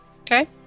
Okay